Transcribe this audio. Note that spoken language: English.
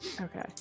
Okay